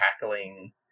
tackling